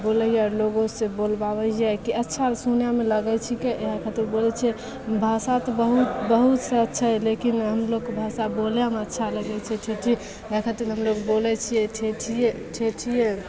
बोलैये लोगोसे बोलबाबै हियै की अच्छा सुनेमे लगै छिकै इहए खातिर बोलै छियै भाषा तऽ बहुत बहुत सब छै लेकिन हमलोकके भाषा बोलेमे अच्छा लगै छै ठेठी इहए खातिर हमलोग बोलै छियै ठेठिये ठेठिये